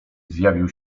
zjawił